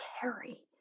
carry